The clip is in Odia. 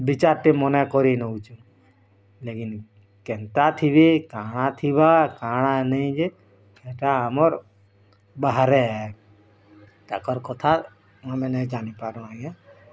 ବିଚାର୍ଟେ ମନେ କରି ନେଉଛୁଁ ଲେକିନ୍ କେନ୍ତା ଥିବି କାଁଣା ଥିବା କାଁଣା ନେଇ ଯେ ସେଟା ଆମର୍ ବାହାରେ ଏ ତାକର୍ କଥା ଆମେ ନାଇଁ ଜାଣି ପାରୁ ଆଜ୍ଞା